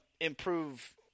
improve